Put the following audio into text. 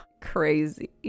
crazy